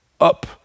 up